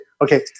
Okay